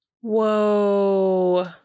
Whoa